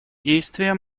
действия